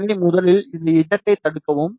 எனவே முதலில் இந்த z ஐத் தடுக்கவும்